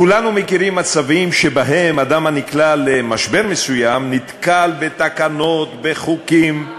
כולנו מכירים מצבים שבהם אדם הנקלע למשבר מסוים נתקל בתקנות ובחוקים,